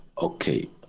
Okay